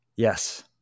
Yes